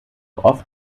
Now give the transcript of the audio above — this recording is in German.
oft